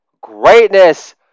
greatness